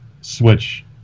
switch